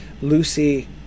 Lucy